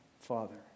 Father